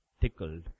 tickled